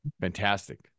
Fantastic